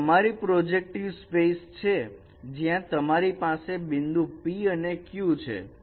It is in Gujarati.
તો તમારી પાસે પ્રોજેક્ટિવ સ્પેસ છે જ્યાં તમારી પાસે બિંદુ p અને q છે